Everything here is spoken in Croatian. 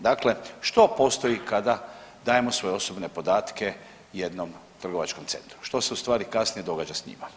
Dakle, što postoji kada dajemo svoje osobne podatke jednom trgovačkom centru, što se u stvari kasnije događa s njima?